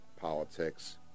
politics